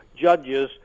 judges